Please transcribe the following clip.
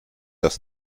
dass